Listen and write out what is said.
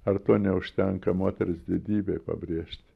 ar to neužtenka moters didybei pabrėžti